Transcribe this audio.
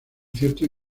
ciertos